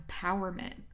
empowerment